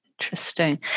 Interesting